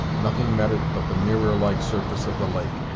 nothing met it but the mirror-like surface of the lake,